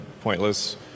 pointless